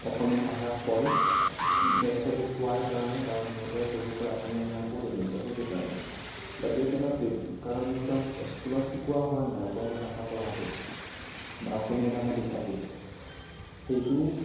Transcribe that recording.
অসমীয়া ভাষা কয় জাষ্ট সেইটো কোৱাৰ কাৰণে কাৰণ সিহঁতে সৰুৰপৰা অসমীয়া ভাষা কৈ আহিছে সেইটো কাৰণে বাট দে কেন'ট ৰীড কাৰণ সিহঁতক স্কুলত শিকোৱা হোৱা নাই অসমীয়া ভাষা পঢ়াটো বা অসমীয়া ভাষা লিখাটো সেইটো